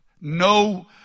no